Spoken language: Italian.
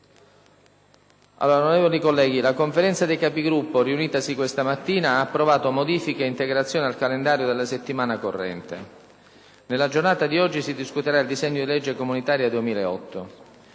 Onorevoli co1leghi, la Conferenza dei Capigruppo, riunitasi questa mattina, ha approvato modifiche e integrazioni al calendario della settimana corrente. Nella giornata di oggi si discuterà il disegno di Legge comunitaria 2008.